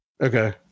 okay